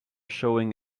showing